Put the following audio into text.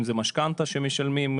אם זה משכנתה שמשלמים.